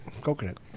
Coconut